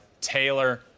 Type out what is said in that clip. Taylor